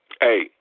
hey